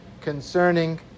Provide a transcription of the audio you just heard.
concerning